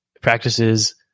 practices